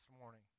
morning